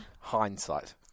Hindsight